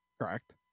Correct